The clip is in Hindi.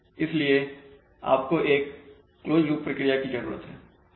इसलिए आपको एक क्लोज लूप प्रक्रिया की जरूरत है